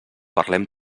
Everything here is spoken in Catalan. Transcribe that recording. parlem